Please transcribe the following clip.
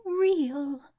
real